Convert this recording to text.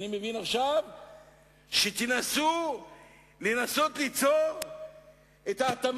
אני שומע ושמעתי עד עכשיו מקודמי את כל הסיבות למה לא צריך להגיש תקציב